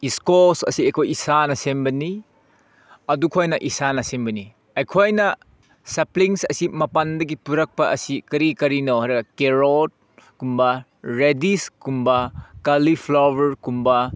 squash ꯑꯁꯤ ꯑꯩꯈꯣꯏ ꯏꯁꯥꯅ ꯁꯦꯝꯕꯅꯤ ꯑꯗꯨ ꯈꯣꯏꯅ ꯏꯁꯥꯅ ꯁꯦꯝꯕꯅꯤ ꯑꯩꯈꯣꯏꯅ ꯁꯦꯞꯄ꯭ꯂꯤꯡꯁ ꯑꯁꯤ ꯃꯄꯥꯟꯗꯒꯤ ꯄꯨꯔꯛꯄ ꯑꯁꯤ ꯀꯔꯤ ꯀꯔꯤꯅꯣ ꯍꯥꯏꯔꯒ ꯀꯦꯔꯣꯠꯀꯨꯝꯕ ꯔꯦꯗꯤꯁꯀꯨꯝꯕ ꯀꯣꯂꯤꯐ꯭ꯂꯥꯋꯔꯒꯨꯝꯕ